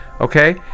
okay